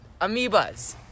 amoebas